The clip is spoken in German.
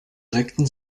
reckten